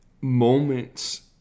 moments